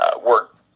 work